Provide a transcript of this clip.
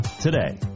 today